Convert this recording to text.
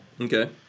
okay